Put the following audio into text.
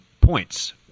points